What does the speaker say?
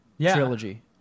trilogy